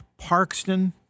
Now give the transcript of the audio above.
Parkston